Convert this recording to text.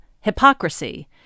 hypocrisy